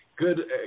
Good